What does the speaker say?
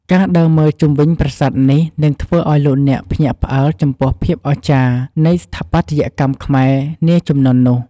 ការដើរមើលជុំវិញប្រាសាទនេះនឹងធ្វើឱ្យលោកអ្នកភ្ញាក់ផ្អើលចំពោះភាពអស្ចារ្យនៃស្ថាបត្យកម្មខ្មែរនាជំនាន់នោះ។